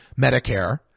Medicare